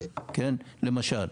למשל,